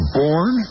born